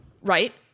Right